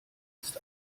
ist